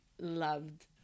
loved